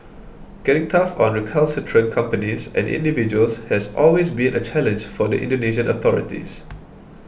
getting tough on recalcitrant companies and individuals has always been a challenge for the Indonesian authorities